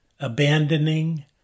abandoning